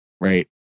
right